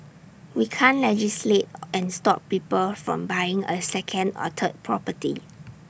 we can't legislate and stop people from buying A second or third property